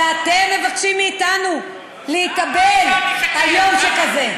ואתם מבקשים מאתנו להתאבל על יום שכזה.